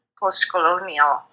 post-colonial